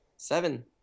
Seven